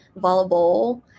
volleyball